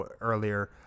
earlier